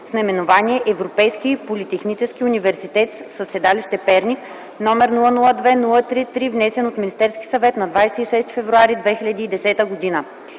с наименование „Европейски политехнически университет” със седалище Перник № 002-03-3, внесен от Министерски съвет на 26 февруари 2010 г.